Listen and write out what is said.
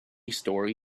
story